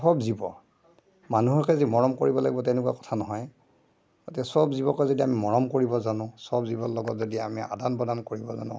চব জীৱ মানুহকেই যে মৰম কৰিব লাগিব তেনেকুৱা কথা নহয় এতিয়া চব জীৱকে যদি আমি মৰম কৰিব জানো চব জীৱৰ লগত যদি আমি আদান প্ৰদান কৰিব জানো